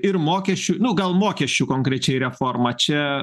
ir mokesčių nu gal mokesčių konkrečiai reforma čia